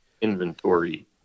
Inventory